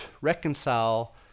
reconcile